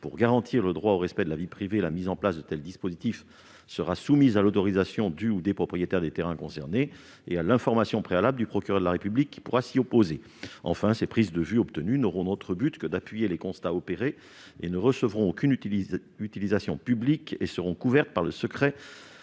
Pour garantir le droit au respect de la vie privée, la mise en place de tels dispositifs sera soumise à l'autorisation du ou des propriétaires des terrains concernés et à l'information préalable du procureur de la République, qui pourra s'y opposer. Enfin, les prises de vues obtenues n'auront d'autre but que d'appuyer les constats opérés, ne recevront aucune utilisation publique et seront couvertes par le secret